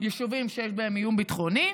יישובים שיש בהם איום ביטחוני,